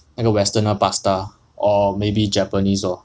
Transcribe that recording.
那个 western 那个 pasta or maybe japanese lor